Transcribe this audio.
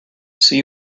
see